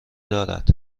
دارد